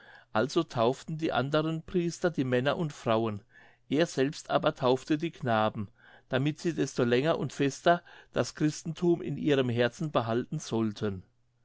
also tauften die anderen priester die männer und frauen er selbst aber taufte die knaben damit sie desto länger und fester das christenthum in ihrem herzen behalten sollten